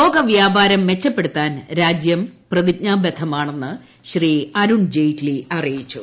ലോക വ്യാപാരം മെച്ചപ്പെടുത്താൻ രാജ്യാ പ്രതിജ്ഞാബദ്ധമാണെന്ന് അരുൺ ജയ്റ്റ്ലി അറിയിച്ചു